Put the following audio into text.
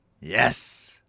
Yes